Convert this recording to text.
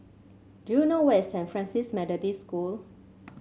do you know where is Saint Francis Methodist School